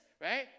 right